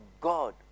God